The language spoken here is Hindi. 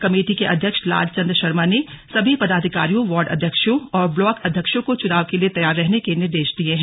कर्मटी के अध्यक्ष लालचन्द शर्मा ने सभी पदाधिकारियों वार्ड अध्यक्षों और ब्लाक अध्यक्षों को चुनाव के लिए तैयार रहने के निर्देश दिये हैं